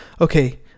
okay